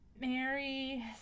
Mary